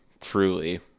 truly